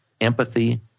empathy